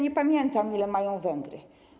Nie pamiętam, ile mają Węgry.